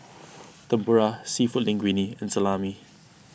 Tempura Seafood Linguine and Salami